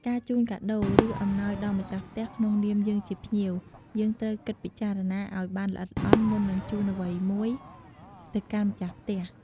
កាជូនការដូរ ឬអំណោយដល់ម្ចាស់ផ្ទះក្នុងនាមយើងជាភ្ញៀវយើងត្រូវគិតពិចារណាឲ្យបានល្អិតល្អន់មុននឹងជូនអ្វីមួយទៅកាន់ម្ចាស់ផ្ទះ។